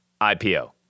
IPO